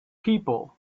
people